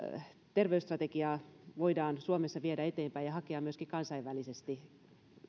terveysstrategiaa voidaan suomessa viedä eteenpäin ja hakea myöskin kansainvälisesti